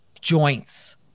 joints